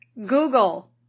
Google